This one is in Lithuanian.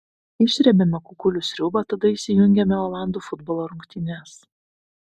išsrebiame kukulių sriubą tada įsijungiame olandų futbolo rungtynes